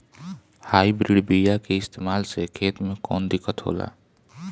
Hybrid बीया के इस्तेमाल से खेत में कौन दिकत होलाऽ?